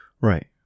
Right